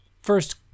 first